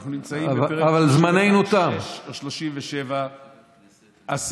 אנחנו נמצאים בפרק 36 או 37. אבל זמננו תם.